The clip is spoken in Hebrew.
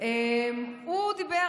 הוא דיבר,